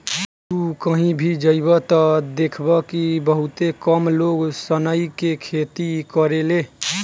तू कही भी जइब त देखब कि बहुते कम लोग सनई के खेती करेले